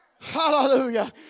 Hallelujah